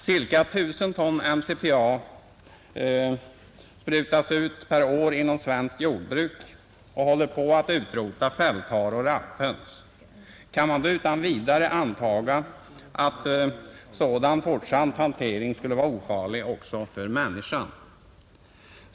De ca 1 000 ton MCPA som sprutas ut per år inom svenskt jordbruk håller på att utrota fälthare och rapphöns. Kan man då utan vidare antaga att sådan fortsatt hantering skulle vara ofarlig för människan?